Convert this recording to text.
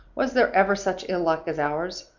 was there ever such ill luck as ours?